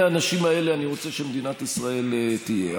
האנשים האלה אני רוצה שמדינת ישראל תהיה.